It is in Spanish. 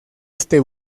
este